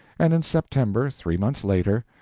and in september, three months later,